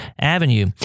Avenue